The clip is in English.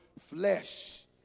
flesh